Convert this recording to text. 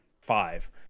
five